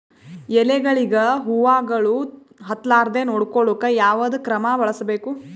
ಎಲೆಗಳಿಗ ಹುಳಾಗಳು ಹತಲಾರದೆ ನೊಡಕೊಳುಕ ಯಾವದ ಕ್ರಮ ಬಳಸಬೇಕು?